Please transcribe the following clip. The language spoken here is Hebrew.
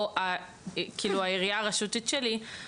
אז ההרגשה היא אחרת,